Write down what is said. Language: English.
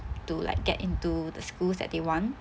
to like get into the schools that they want